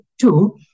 two